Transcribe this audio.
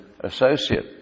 associate